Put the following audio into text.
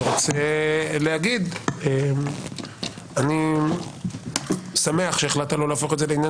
אני רוצה להגיד שאני שמח שהחלטת לא להפוך את זה לעניין